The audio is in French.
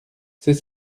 c’est